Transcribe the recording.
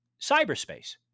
cyberspace